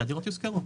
שהדירות יושכרו.